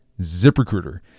ZipRecruiter